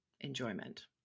enjoyment